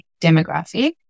demographic